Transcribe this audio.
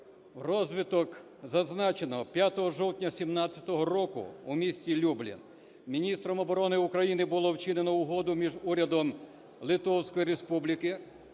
розвиток зазначеного 5 жовтня 17-го року у місті Люблін міністром оборони України було вчинено Угоду між Урядом Литовської Республіки,